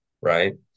Right